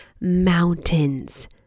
mountains